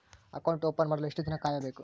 Account open ಮಾಡಲು ಎಷ್ಟು ದಿನ ಕಾಯಬೇಕು?